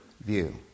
view